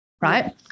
Right